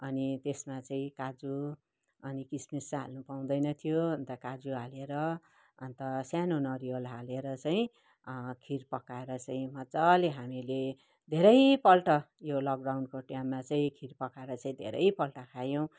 अनि त्यसमा चाहिँ काजु अनि किसमिस चाहिँ हाल्नु पाउँदैन थियो अन्त काजु हालेर अन्त सानो नरिवल हालेर चाहिँ खिर पकाएर चाहिँ मज्जाले हामीले धेरैपल्ट यो लकडाउनको टाइममा चाहिँ खिर पकाएर चाहिँ धेरैपल्ट खायौँ